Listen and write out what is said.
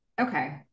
Okay